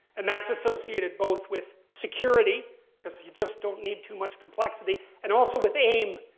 and that's associated both with security because you just don't need too much complexity, and also with aim.